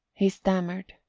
he stammered.